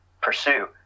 pursue